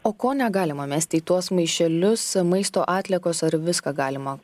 o ko negalima mesti į tuos maišelius maisto atliekos ar viską galima